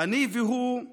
// אני והוא /